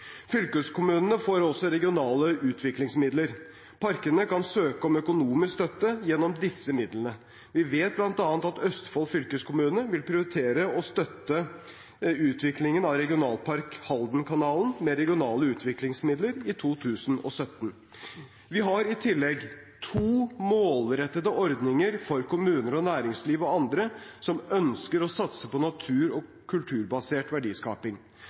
Fylkeskommunene får også regionale utviklingsmidler. Parkene kan søke om økonomisk støtte gjennom disse midlene. Vi vet bl.a. at Østfold fylkeskommune vil prioritere å støtte utviklingen av Regionalpark Haldenkanalen med regionale utviklingsmidler i 2017. Vi har i tillegg to målrettede ordninger for kommuner og næringsliv og andre som ønsker å satse på natur- og kulturbasert verdiskaping.